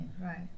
right